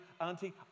auntie